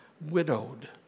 widowed